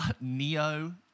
neo